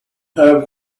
have